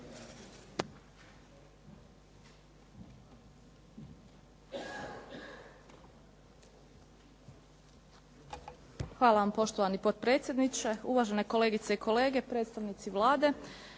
Hvala vam poštovani potpredsjedniče. Uvažene kolegice i kolege, predstavnici Vlade.